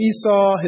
Esau